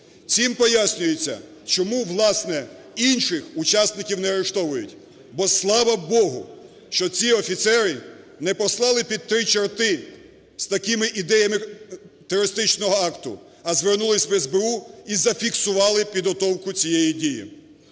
Цим пояснюється, чому, власне, інших учасників не арештовують. Бо, слава Богу, що ці офіцери не послали під три чорти з такими ідеями терористичного акту, а звернулись в СБУ і зафіксували підготовку цієї дії.